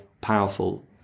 powerful